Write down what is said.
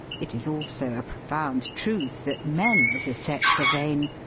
it is also a profound truth that men as a sex are vain.